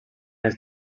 les